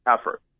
effort